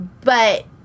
But-